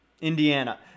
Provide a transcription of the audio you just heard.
Indiana